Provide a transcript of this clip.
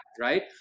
right